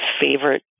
favorite